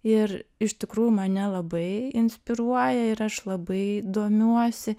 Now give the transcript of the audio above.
ir iš tikrųjų mane labai inspiruoja ir aš labai domiuosi